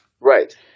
Right